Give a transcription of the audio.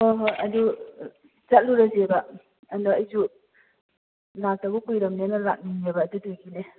ꯍꯣꯏ ꯍꯣꯏ ꯑꯗꯨ ꯆꯠꯂꯨꯔꯁꯦꯕ ꯑꯗ ꯑꯩꯁꯨ ꯂꯥꯛꯇꯕ ꯀꯨꯏꯔꯝꯅꯤꯅ ꯂꯥꯛꯅꯤꯡꯉꯦꯕ ꯑꯗꯨꯗꯨꯒꯤꯅꯦ